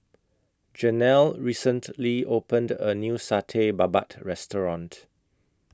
Janelle recently opened A New Satay Babat Restaurant